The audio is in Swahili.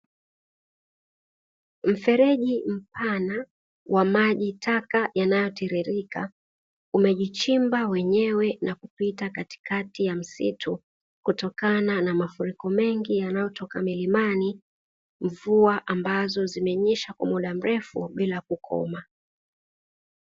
Mfereji mpana wa maji taka yanayotiririka, umejichimba wenyewe na kupita katikati ya msitu, kutokana na mafuriko mengi yanayotoka milimani ya mvua ambazo zimenyesha kwa muda mrefu bila kukoma.